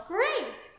Great